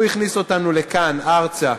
הוא הכניס אותנו לכאן, ארצה,